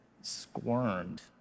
squirmed